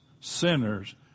sinners